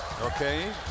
Okay